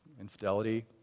infidelity